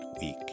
week